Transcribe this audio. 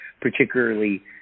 particularly